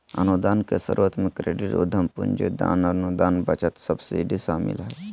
अनुदान के स्रोत मे क्रेडिट, उधम पूंजी, दान, अनुदान, बचत, सब्सिडी शामिल हय